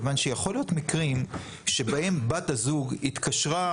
כיוון שיכול להיות מקרים שבהם בת הזוג התקשרה